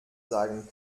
sagen